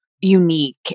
unique